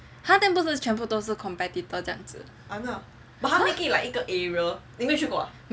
!huh! then 不是全部都是 competitor 这样子